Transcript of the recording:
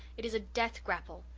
it is a death grapple.